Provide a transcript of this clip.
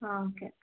ആ ഓക്കെ